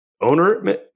owner